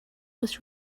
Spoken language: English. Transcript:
was